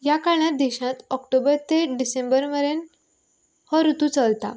ह्या काळांत देशांत ऑक्टोबर ते डिसेंबर मेरेन हो रुतू चलता